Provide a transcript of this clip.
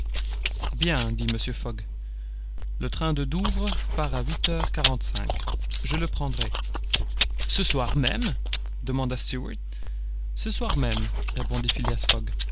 bien dit mr fogg le train de douvres part à huit heures quarante-cinq je le prendrai ce soir même demanda stuart ce soir même répondit